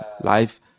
life